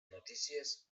notícies